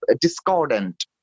discordant